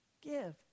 give